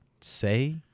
say